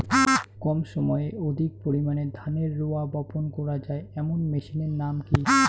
কম সময়ে অধিক পরিমাণে ধানের রোয়া বপন করা য়ায় এমন মেশিনের নাম কি?